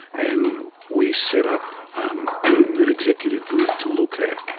and we set up an executive group to look at